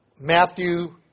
Matthew